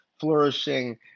flourishing